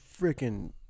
freaking